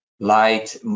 light